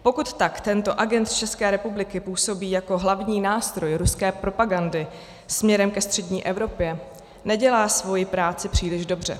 Pokud tak tento agent z České republiky působí jako hlavní nástroj ruské propagandy směrem ke střední Evropě, nedělá svoji práci příliš dobře.